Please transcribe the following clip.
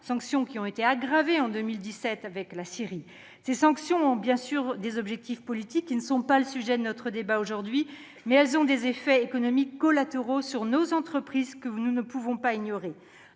sanctions qui ont été aggravées en 2017 avec la question de la Syrie. Ces sanctions ont bien sûr des objectifs politiques, qui ne sont pas le sujet de notre débat d'aujourd'hui, mais elles ont des effets économiques collatéraux sur nos entreprises que nous ne pouvons pas ignorer.